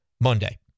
Monday